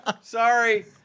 Sorry